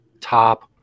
Top